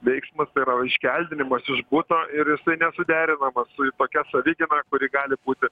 veiksmas tai yra iškeldinimas iš buto ir jisai nesuderinamas su tokia savigyna kuri gali būti